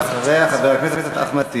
ואחריה, חבר הכנסת אחמד טיבי.